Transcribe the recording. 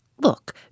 Look